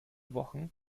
wochen